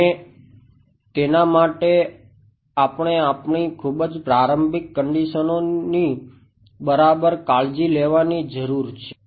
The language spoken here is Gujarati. અને તેના માટે આપણે આપણી ખૂબ જ પ્રારંભિક કંડીશનઓની બરાબર કાળજી લેવાની જરૂર છે